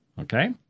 Okay